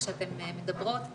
כשאתן מדברות,